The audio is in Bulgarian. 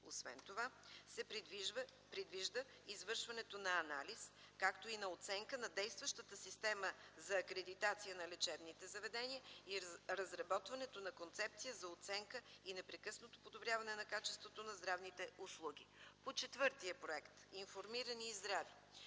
Освен това се предвижда и извършването на анализ и оценка на действащата система за акредитация на лечебните заведения и разработването на концепция за оценка и непрекъснато подобряване на качеството на здравните услуги. По четвъртия проект – „Информирани и здрави”,